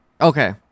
Okay